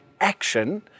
action